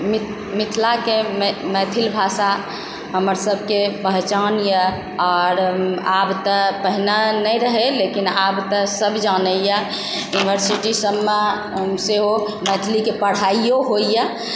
मिथिलाके मैथिल भाषा हमरसभकें पहचानए आओर आब तऽ पहिने नहि रहै लेकिन आब तऽ सभ जानैए यूनिवर्सिटीसभमे सेहो मैथिलीके पढ़ाईयो होइए